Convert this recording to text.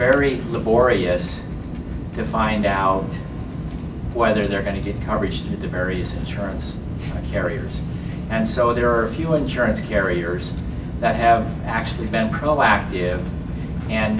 very laborious to find out whether they're going to get coverage to do various insurance carriers and so there are a few insurance carriers that have actually been proactive and